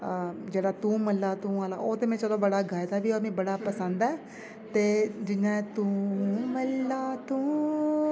अ जेह्ड़ा तूं मल्ला तूं आह्ला ओह् ते चलो में बड़ा गाए दा बी ऐ होर बड़ा पसंद ऐ ते जि'यां तूं मल्ला तूंऽ